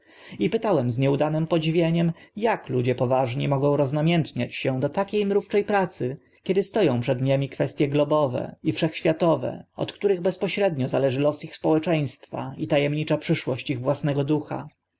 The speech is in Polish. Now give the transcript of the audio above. i pytałem z nie udanym podziwieniem ak ludzie poważni mogą roznamiętniać się do takie mrówcze pracy kiedy sto ą przed nimi kwestie globowe i wszechświatowe od których bezpośrednio zależy los ich społeczeństwa i ta emnicza przyszłość ich własnego ducha